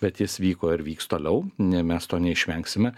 bet jis vyko ir vyks toliau i mes to neišvengsime